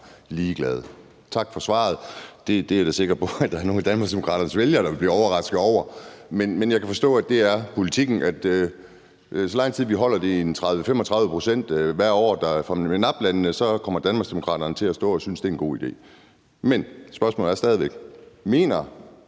ligeglade. Tak for svaret – det er jeg da sikker på at der er nogle af Danmarksdemokraternes vælgere der vil blive overrasket over. Men jeg kan forstå, at det er politikken, altså at så længe vi holder det på, at det er 30-35 pct., som hvert år kommer fra MENAPT-landene, så kommer Danmarksdemokraterne til at synes, at det er en god idé. Men kan Danmarksdemokraterne